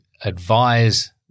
advise